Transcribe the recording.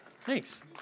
Thanks